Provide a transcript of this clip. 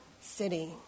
city